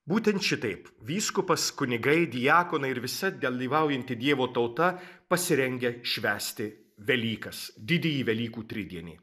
būtent šitaip vyskupas kunigai diakonai ir visa dalyvaujanti dievo tauta pasirengę švęsti velykas didįjį velykų tridienį